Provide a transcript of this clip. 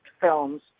films